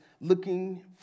looking